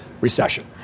recession